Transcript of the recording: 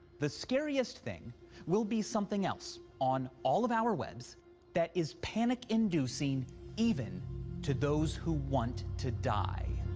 the scariest thing will be something else on all of our webs that is panic-inducing even to those who want to die.